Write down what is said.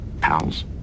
Pals